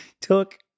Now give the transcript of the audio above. took